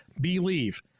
believe